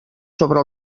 sobre